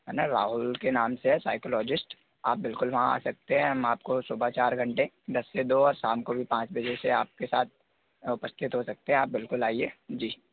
है ना राहुल के नाम से है साईकोलॉजिष्ट आप बिल्कुल वहाँ आ सकते हैं हम आपको सुबह चार घंटे दस से दो और शाम को भी पाँच बजे से आपके साथ उपस्थित हो सकते हैं आप बिल्कुल आइए जी